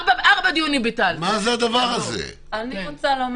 הנה, זה גם נקרא להפחיד.